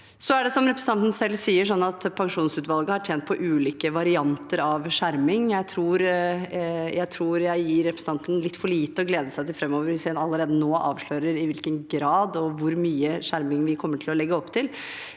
Så er det, som representanten selv sier, slik at pensjonsutvalget har pekt på ulike varianter av skjerming. Jeg tror jeg gir representanten litt for lite å glede seg til framover hvis jeg allerede nå avslører i hvilken grad og hvor mye skjerming vi kommer til å legge opp til.